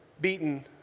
beaten